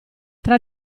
tra